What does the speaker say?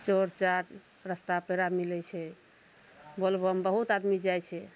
चोर चार रस्ता पेरा मिलय छै बोल बम बहुत आदमी जाइ छै